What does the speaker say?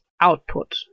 output